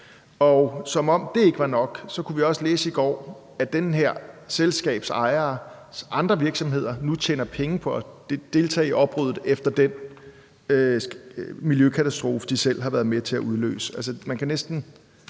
Og som om det ikke var nok, kunne vi også læse i går, at den her selskabsejers andre virksomheder nu tjener penge på at deltage i oprydningen efter den miljøkatastrofe, de selv har været med til at udløse.